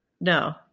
No